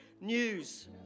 news